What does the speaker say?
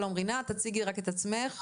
שלום רינת, תציגי רק את עצמך.